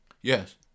Yes